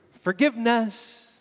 Forgiveness